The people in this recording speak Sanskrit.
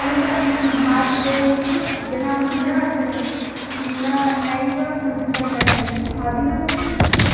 परन्तु अस्माकं भारतदेशे जनाः न आचरन्ति न नैव संस्कृतं पठन्ति अधुना तु कष्टम्